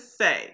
say